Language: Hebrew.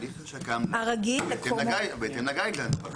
בהתאם לגיידן.